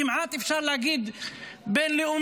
כמעט אפשר להגיד שבין-לאומית,